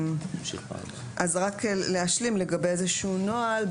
רק להשלים לגבי איזשהו נוהל.